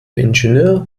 ingenieur